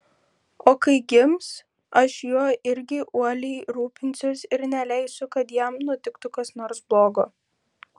o kai gims aš juo irgi uoliai rūpinsiuosi ir neleisiu kad jam nutiktų kas nors blogo